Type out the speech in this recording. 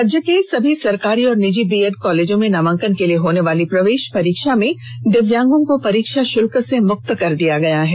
राज्य के सभी सरकारी और निजी बीएड कॉलेजों में नामांकन के लिए होने वाली प्रवेश परीक्षा में दिव्यांगों को परीक्षा शुल्क से मुक्त कर दिया गया है